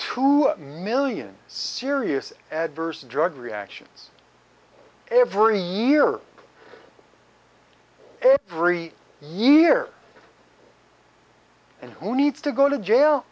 two million serious adverse drug reactions every year year every and who needs to go to jail